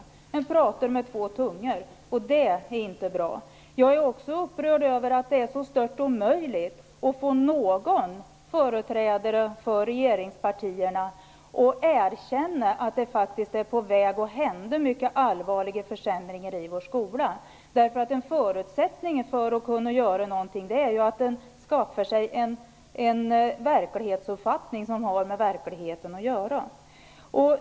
Regeringen talar med kluven tunga; det är inte bra. Jag är också upprörd över att det är så stört omöjligt att få någon företrädare för regeringspartierna att erkänna att mycket allvarliga försämringar i vår skola är på gång. En förutsättning för att kunna göra någonting bra är ju att man skaffar sig en verklighetsuppfattning. Den skall då ha med verkligheten att göra.